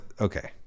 Okay